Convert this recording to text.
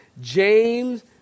James